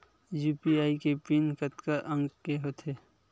UPI के PIN कतका अंक के होथे?